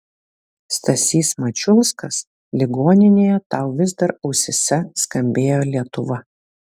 stasys mačiulskas ligoninėje tau vis dar ausyse skambėjo lietuva